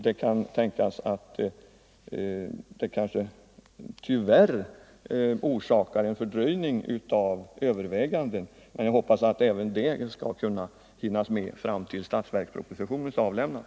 Den kanske tyvärr orsakar en fördröjning av arbetet, 25 men jag hoppas att man skall hinna med att överväga frågan innan statsverkspropositionen avlämnas.